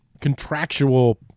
contractual